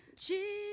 jesus